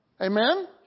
Amen